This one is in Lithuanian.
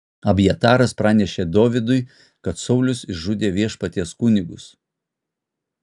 abjataras pranešė dovydui kad saulius išžudė viešpaties kunigus